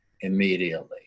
immediately